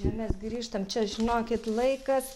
čia mes grįžtam čia žinokit laika